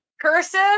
cursive